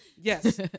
Yes